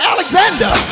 Alexander